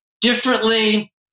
differently